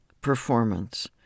performance